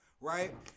right